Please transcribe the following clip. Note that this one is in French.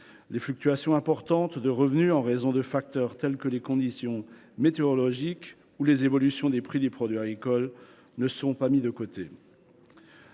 Les fluctuations importantes de revenus, liées à des facteurs tels que les conditions météorologiques ou l’évolution du prix des produits agricoles, par exemple, ne sont pas mises de côté.